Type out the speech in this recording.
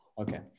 Okay